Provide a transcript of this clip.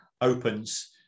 opens